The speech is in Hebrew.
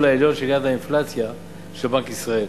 העליון של יעד האינפלציה של בנק ישראל.